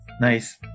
Nice